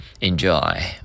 enjoy